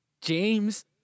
James